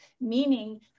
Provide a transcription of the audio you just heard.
meaning